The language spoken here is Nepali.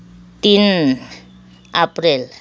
तिन अप्रल